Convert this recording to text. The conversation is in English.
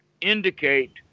indicate